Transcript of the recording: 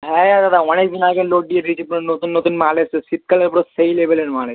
হ্যাঁ দাদা অনেক দিন আগে লোড দিয়ে নতুন নতুন মাল এসছে শীতকালের পুরো সেই লেভেলের মাল একদম